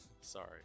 Sorry